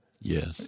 Yes